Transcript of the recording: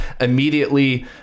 immediately